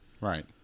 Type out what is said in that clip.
right